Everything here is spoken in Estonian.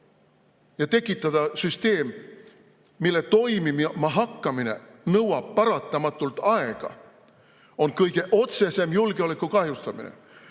ja tekitada süsteem, mille toimima hakkamine nõuab paratamatult aega, on kõige otsesem julgeoleku kahjustamine.